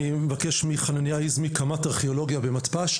אני מבקש מחנניה היזמי, קמ"ט ארכיאולוגיה במתפ"ש.